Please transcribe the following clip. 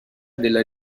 della